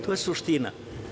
To je suština.